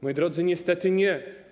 Moi drodzy, niestety nie.